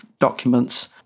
documents